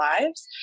lives